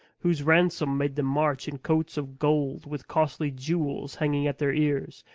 whose ransom made them march in coats of gold, with costly jewels hanging at their ears,